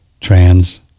trans